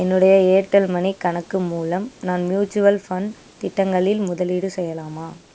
என்னுடைய Airtel money கணக்கு மூலம் நான் மியூச்சுவல் ஃபண்ட் திட்டங்களில் முதலீடு செய்யலாமா